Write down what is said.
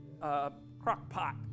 crock-pot